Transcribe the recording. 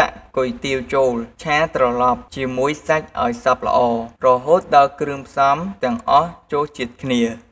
ដាក់គុយទាវចូលឆាត្រឡប់ជាមួយសាច់ឱ្យសព្វល្អ រហូតដល់គ្រឿងផ្សំទាំងអស់ចូលជាតិគ្នា។